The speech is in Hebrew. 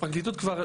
בפרקליטות כבר,